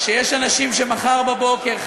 שיש אנשים שמחר בבוקר,